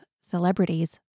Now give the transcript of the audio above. celebrities